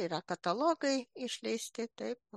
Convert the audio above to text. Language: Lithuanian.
yra katalogai išleisti taip